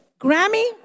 Grammy